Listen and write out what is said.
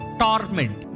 torment